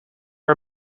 are